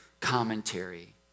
commentary